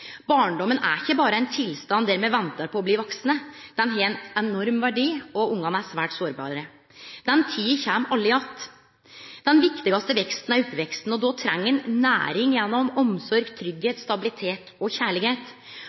Barndommen er ikkje berre ein tilstand der me ventar på å bli vaksne – han har ein enorm verdi – og ungane er svært såbare. Den tida kjem aldri att. Den viktigaste veksten er oppveksten, og då treng ein næring gjennom omsorg, tryggleik, stabilitet og